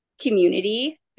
community